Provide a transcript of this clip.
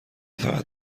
فقط